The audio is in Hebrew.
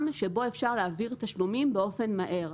שבו אפשר להעביר תשלומים באופן מהיר.